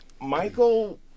Michael